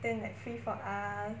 then like free for us